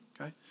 okay